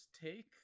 take